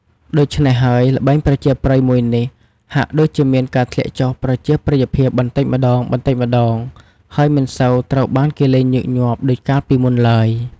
ដូច្នេះហើយល្បែងប្រជាប្រិយមួយនេះ ហាក់ដូចជាមានការធ្លាក់ចុះប្រជាប្រិយភាពបន្តិចម្តងៗ ហើយមិនសូវត្រូវបានគេលេងញឹកញាប់ដូចកាលពីមុនឡើយ។